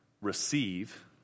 receive